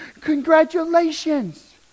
Congratulations